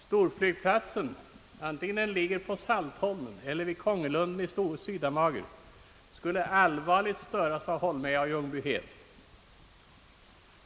Storflygplatsen, antingen den ligger på Saltholm eller vid Kongelunden på Sydamager, skulle allvarligt störas av Holmeja och Ljungbyhed.